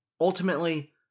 Ultimately